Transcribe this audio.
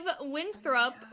Winthrop